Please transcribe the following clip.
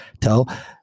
tell